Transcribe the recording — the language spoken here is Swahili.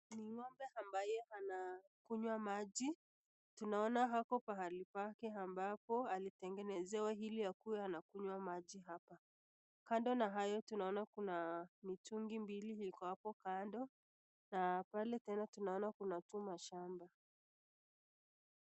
Ni ngombe ambaye anakinywa maji tunaona hapo Pali pake ambapo alitengenesiwa hili akue ana kunywa maji hapa, kando na hayo tunaona mitungi mbili hapo kando, na pale tena tunaona kuna chuma shamba.